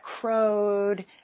crowed